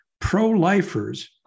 pro-lifers